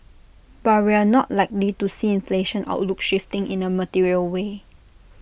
but we're not likely to see inflation outlook shifting in A material way